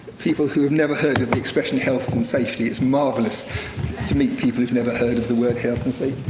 people who have never heard of the expression health and safety, it's marvelous to meet people who've never heard of the word help and safety.